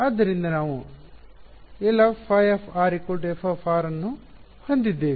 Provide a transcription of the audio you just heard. ಆದ್ದರಿಂದ ನಾವು Lϕ f ಅನ್ನು ಹೊಂದಿದ್ದೇವೆ